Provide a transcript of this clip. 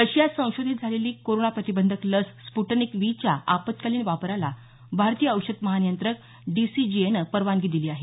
रशियात संशोधित झालेली कोरोना प्रतिबंधक लस स्पुटनिक वी च्या आपत्कालीन वापराला भारतीय औषध महानियंत्रक डीसीजीएन परवानगी दिली आहे